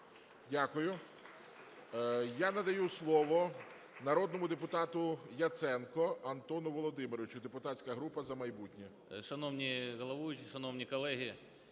Дякую. Я надаю слово народному депутату Яценку Антону Володимировичу, депутатська група "За майбутнє".